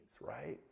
right